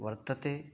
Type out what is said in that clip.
वर्तते